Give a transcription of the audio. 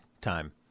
time